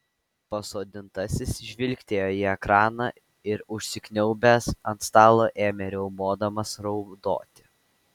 pasodintasis žvilgtelėjo į ekraną ir užsikniaubęs ant stalo ėmė riaumodamas raudoti